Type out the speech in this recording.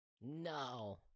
No